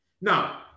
Now